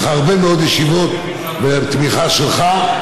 לאחר הרבה מאוד ישיבות ותמיכה שלך,